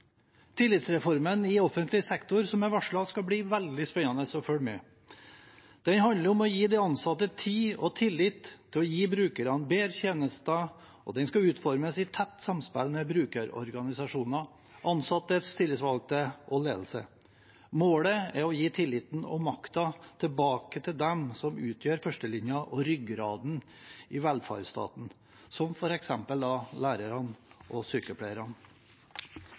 tillitsreformen i offentlig sektor skal bli veldig spennende å følge med på. Den handler om å gi de ansatte tillit og tid til å gi brukerne bedre tjenester, og den skal utformes i tett samspill med brukerorganisasjoner, ansattes tillitsvalgte og ledelse. Målet er å gi tilliten og makten tilbake til dem som utgjør førstelinja og ryggraden i velferdsstaten, som f.eks. lærerne og sykepleierne.